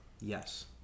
Yes